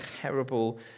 terrible